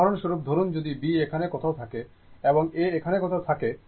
উদাহরণস্বরূপ ধরুন যদি B এখানে কোথাও থাকে এবং A এখানে কোথাও থাকে